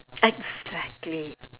exactly